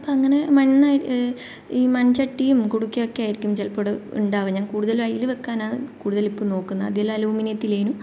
അപ്പം അങ്ങനെ മണ്ണ് ഈ മൺചട്ടിയും കുടുക്കയും ഒക്കെ ആയിരിക്കും ചിലപ്പോൾ ഇവിടെ ഉണ്ടാവുക ഞാൻ അതിൽ വയ്ക്കാനാണ് കൂടുതൽ ഇപ്പം നോക്കുന്നത് ആദ്യം എല്ലാം അലുമിനയത്തിലേനു